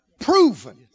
proven